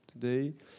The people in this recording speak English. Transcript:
today